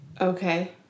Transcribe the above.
Okay